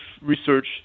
research